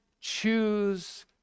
choose